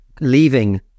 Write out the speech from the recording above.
leaving